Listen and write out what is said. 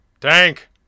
Tank